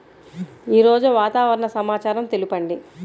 ఈరోజు వాతావరణ సమాచారం తెలుపండి